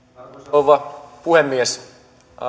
rouva puhemies